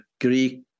Greek